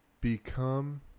become